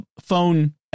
phone